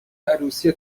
عروسی